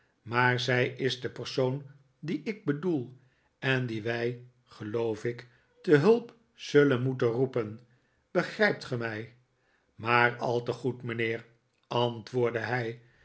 maar zij is de persoon die ik bedoel en die wij geloof ik te hulp zullen moeten roepen begrijpt ge mij maar al te goed mijnheer antwoordde hij